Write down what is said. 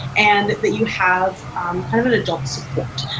and that you have kind of an adult support,